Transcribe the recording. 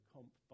Comp